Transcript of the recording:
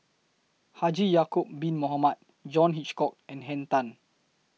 Haji Ya'Acob Bin Mohamed John Hitchcock and Henn Tan